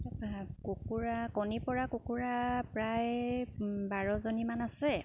কুকুৰা কণী পৰা কুকুৰা প্ৰায় বাৰজনীমান আছে